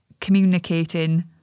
communicating